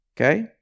Okay